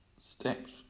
steps